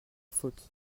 faute